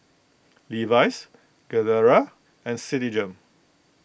Levi's Gilera and Citigem